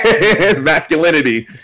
masculinity